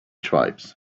tribes